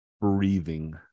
breathing